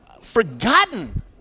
forgotten